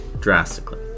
drastically